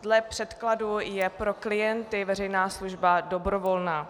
Dle předkladu je pro klienty veřejná služba dobrovolná.